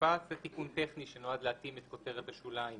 מודפס"; זה תיקון טכני שנועד להתאים את כותרת השוליים